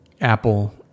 Apple